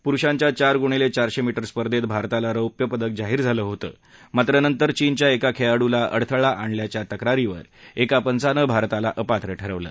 पुरुषांच्या चार गुणीले चारशे मीटर स्पर्धेत भारताला रौप्यपदक जाहीर झालं होतं मात्र नंतर चीनच्या एका खेळाडुला अडथळा आणल्याच्या तक्रारीवर एका पंचानं भारताला अपात्र ठरवलं